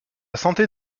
santé